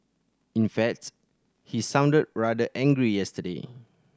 in facts he sounded rather angry yesterday